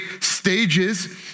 stages